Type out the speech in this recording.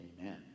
Amen